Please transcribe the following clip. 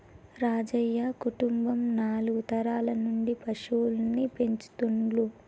రాజయ్య కుటుంబం నాలుగు తరాల నుంచి పశువుల్ని పెంచుతుండ్లు